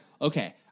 okay